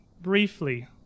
briefly